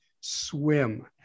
swim